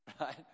right